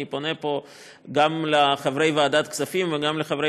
ואני פונה פה גם לחברי ועדת הכספים וגם לחברי